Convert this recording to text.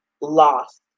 lost